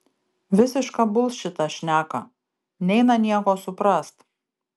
visišką bulšitą šneka neina nieko suprast